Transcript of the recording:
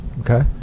Okay